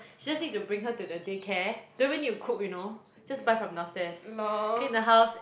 just need to bring her to the daycare don't even need to cook you know just buy from downstairs clean the house